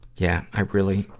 yeah. i really,